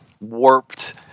warped